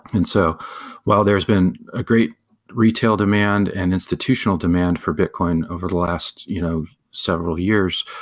and so while there's been a great retail demand and institutional demand for bitcoin over the last you know several years,